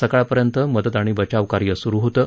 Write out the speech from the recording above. सकाळपर्यंत मदत आणि बचाव कार्य सुरु होतं